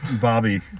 Bobby